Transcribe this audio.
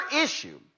issue